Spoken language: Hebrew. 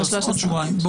בעוד שבועיים.